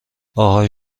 آهای